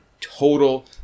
total